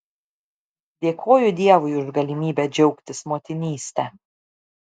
dėkoju dievui už galimybę džiaugtis motinyste